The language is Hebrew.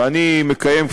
ואני מקיים,